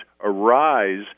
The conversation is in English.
arise